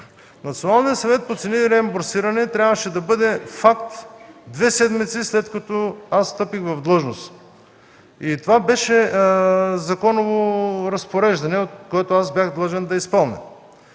Националния съвет по цени и реимбурсиране. Националният съвет трябваше да бъде факт две седмици след като аз встъпих в длъжност. Това беше законово разпореждане, което бях длъжен да изпълня.